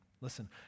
Listen